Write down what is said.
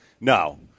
No